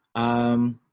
um,